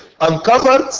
uncovered